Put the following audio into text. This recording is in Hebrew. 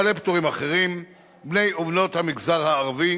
בעלי פטורים אחרים, בני ובנות המגזר הערבי,